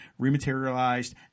rematerialized